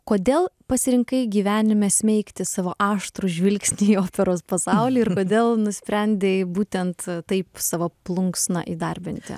kodėl pasirinkai gyvenime smeigti savo aštrų žvilgsnį į operos pasaulį ir kodėl nusprendei būtent taip savo plunksną įdarbinti